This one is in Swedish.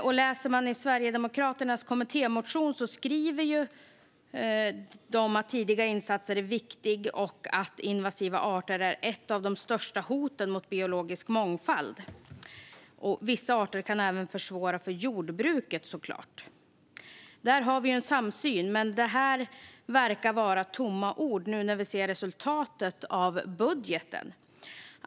I sin kommittémotion skriver Sverigedemokraterna att tidiga insatser är viktiga, att invasiva arter är ett av de största hoten mot biologisk mångfald och att vissa arter även kan försvåra för jordbruket. Detta verkar dock vara tomma ord när vi ser budgeten.